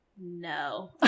no